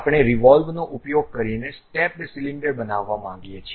આપણે રીવોલ્વનો ઉપયોગ કરીને સ્ટેપ્ડ સિલિન્ડર બનાવવા માંગીએ છીએ